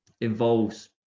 involves